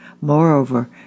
Moreover